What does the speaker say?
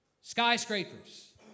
Skyscrapers